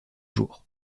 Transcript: jours